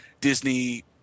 Disney